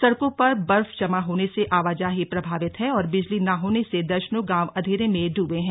सड़कों पर बर्फ जमा होने से आवाजाही प्रभावित है और बिजली न होने से दर्जनों गांव अंधेरे में डूबे हैं